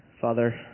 Father